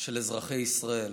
של אזרחי ישראל.